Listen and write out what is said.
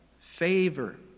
Favor